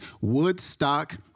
Woodstock